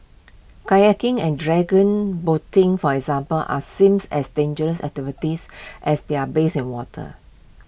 kayaking and dragon boating for example are seems as dangerous activities as they are based in water